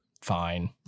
fine